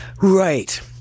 Right